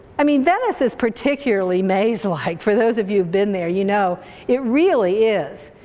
i mean, venice is particularly maze-like. for those of you who've been there, you know it really is.